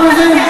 אני מבין,